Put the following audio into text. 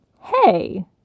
Hey